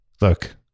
Look